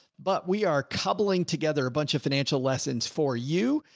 but we are cobbling together, a bunch of financial lessons for you.